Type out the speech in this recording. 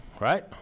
Right